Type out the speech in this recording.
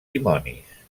dimonis